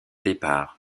départ